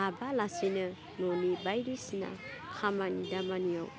हाबालासिनो न'नि बायदिसिना खामानि दामानियाव